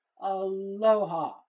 Aloha